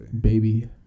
Baby